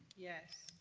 yes.